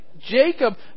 Jacob